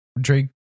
Drake